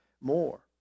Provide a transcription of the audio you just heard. more